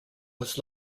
was